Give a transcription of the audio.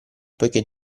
poichè